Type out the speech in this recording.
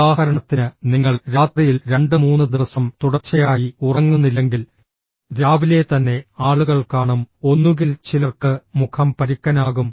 ഉദാഹരണത്തിന് നിങ്ങൾ രാത്രിയിൽ രണ്ട് മൂന്ന് ദിവസം തുടർച്ചയായി ഉറങ്ങുന്നില്ലെങ്കിൽ രാവിലെ തന്നെ ആളുകൾ കാണും ഒന്നുകിൽ ചിലർക്ക് മുഖം പരുക്കനാകും